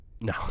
no